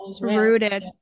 rooted